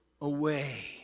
away